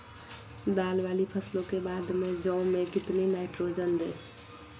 दाल वाली फसलों के बाद में जौ में कितनी नाइट्रोजन दें?